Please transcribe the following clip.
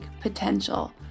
potential